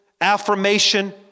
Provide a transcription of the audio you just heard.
affirmation